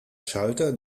schalter